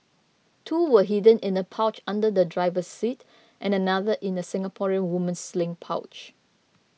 two were hidden in a pouch under the driver's seat and another in a Singaporean woman's sling pouch